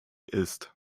ist